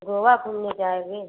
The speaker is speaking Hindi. गोवा घूमने जाओगे